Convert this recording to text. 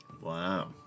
Wow